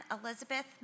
Elizabeth